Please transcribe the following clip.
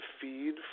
feed